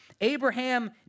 Abraham